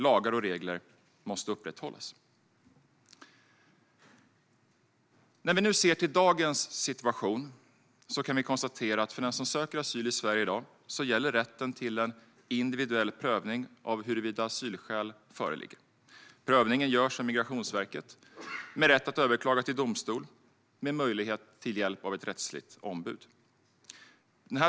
Lagar och regler måste upprätthållas. När vi nu ser till dagens situation kan vi konstatera att för den som söker asyl i Sverige i dag gäller rätten till en individuell prövning av huruvida asylskäl föreligger. Prövningen görs av Migrationsverket och man har rätt att överklaga till domstol med möjlighet till hjälp av ett rättsligt ombud.